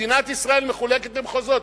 מדינת ישראל מחולקת למחוזות.